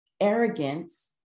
arrogance